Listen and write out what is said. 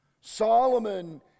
Solomon